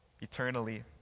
eternally